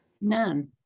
None